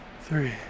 three